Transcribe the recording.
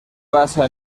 basa